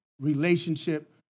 relationship